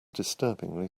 disturbingly